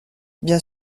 bien